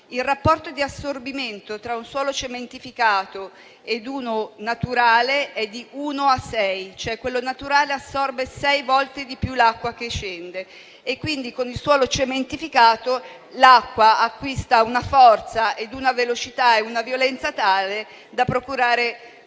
Il rapporto di assorbimento tra un suolo cementificato e uno naturale è di uno a sei, nel senso che quello naturale assorbe sei volte di più l'acqua che scende. Quindi, con il suolo cementificato, l'acqua acquista una forza, una velocità e una violenza tale da procurare